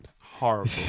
horrible